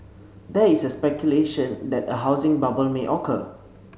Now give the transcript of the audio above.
there is speculation that a housing bubble may occur